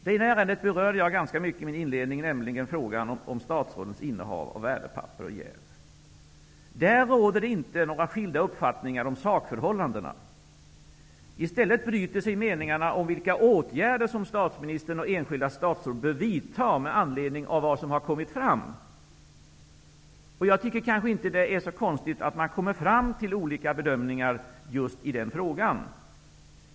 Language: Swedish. Det ena ärendet berörde jag ganska mycket i min inledning, nämligen frågan om statsrådens innehav av värdepapper och om jäv. Där råder det inte några skilda uppfattningar om sakförhållandena. I stället skiljer sig meningarna åt när det gäller vilka åtgärder som statsministern och enskilda statsråd bör vidta med anledning av vad som har kommit fram. Jag tycker inte att det är så konstigt att man kommer fram till olika bedömningar just i den frågan.